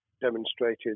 demonstrated